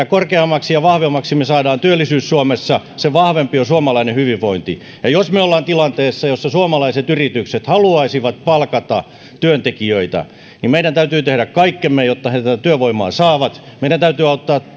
korkeammaksi ja vahvemmaksi me saamme työllisyyden suomessa sen vahvempi on suomalainen hyvinvointi ja jos me olemme tilanteessa jossa suomalaiset yritykset haluaisivat palkata työntekijöitä niin meidän täytyy tehdä kaikkemme jotta he tätä työvoimaa saavat meidän täytyy